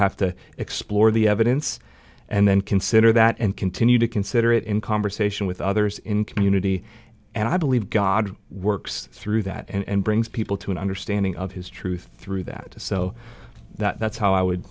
have to explore the evidence and then consider that and continue to consider it in conversation with others in community and i believe god works through that and brings people to an understanding of his truth through do that so that's how i would